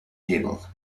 table